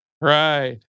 Right